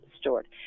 stored